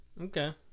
okay